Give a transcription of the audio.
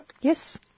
Yes